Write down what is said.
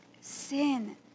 sin